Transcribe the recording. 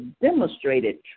demonstrated